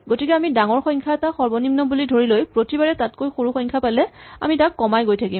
গতিকে আমি ডাঙৰ সংখ্যা এটা সৰ্বনিম্ন বুলি ধৰি লৈ প্ৰতিবাৰে তাতকৈ সৰু সংখ্যা পালে আমি তাক কমাই গৈ থাকিম